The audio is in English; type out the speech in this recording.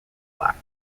black